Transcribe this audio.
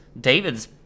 David's